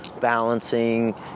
balancing